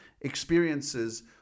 experiences